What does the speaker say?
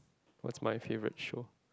was my favourite show